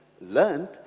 learned